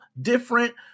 different